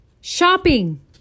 shopping